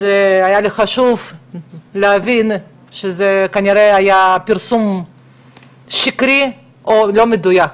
אז היה לי חשוב להבין שזה כנראה היה פרסום שקרי או לא מדויק.